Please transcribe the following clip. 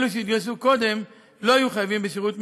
אלו שהתגייסו קודם לא היו חייבים בשירות מילואים,